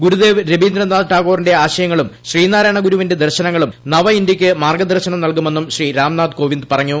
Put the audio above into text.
ഗുരുദേവ് രബീന്ദ്രനാഥ് ടാഗോറിന്റെ ആശയങ്ങളും ശ്രീനാരായണ ഗുരുവിന്റെ ദർശനങ്ങളും നവ ഇന്ത്യയ്ക്ക് മാർഗദർശനം നൽകുമെന്നും ശ്രീ രാംനാഥ് കോവിന്ദ് പറഞ്ഞു